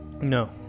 No